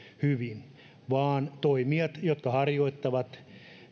hyvin vaan toimijat jotka harjoittavat